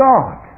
God